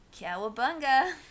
Cowabunga